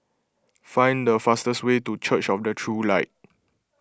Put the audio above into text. find the fastest way to Church of the True Light